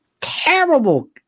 terrible